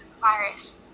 virus